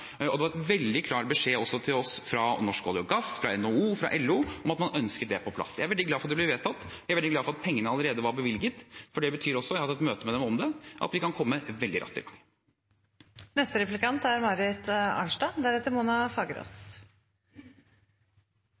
og det var også en veldig klar beskjed til oss fra Norsk olje og gass, NHO og LO om at man ønsket det på plass. Jeg er veldig glad for at det blir vedtatt, og jeg er veldig glad for at pengene allerede var bevilget, for det betyr også – jeg har hatt et møte med dem om det – at vi kan komme veldig raskt i gang.